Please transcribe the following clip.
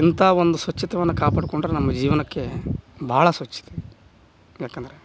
ಇಂಥ ಒಂದು ಸ್ವಚ್ಛತೆಯನ್ನ ಕಾಪಾಡಿಕೊಂಡ್ರೆ ನಮ್ಮ ಜೀವನಕ್ಕೆ ಭಾಳ ಸ್ವಚ್ಛತೆ ಯಾಕಂದರೆ